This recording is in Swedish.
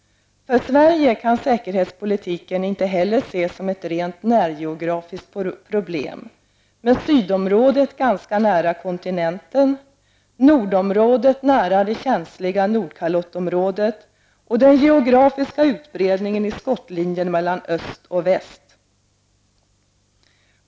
För Sverige kan säkerhetspolitiken inte heller ses som ett rent närgeografiskt problem, med sydområdet ganska nära kontinenten, nordområdet nära det känsliga Nordkalottområdet och den geografiska utbredningen i skottlinjen mellan öst och väst.